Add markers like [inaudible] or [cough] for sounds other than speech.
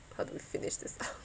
how to finish this up [noise]